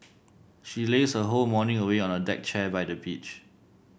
she lazed her whole morning away on a deck chair by the beach